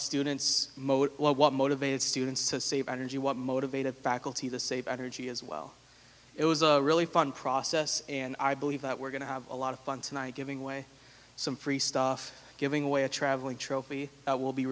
students moat what motivated students to save energy what motivated faculty the save energy as well it was a really fun process and i believe that we're going to have a lot of fun tonight giving away some free stuff giving away a traveling trophy will be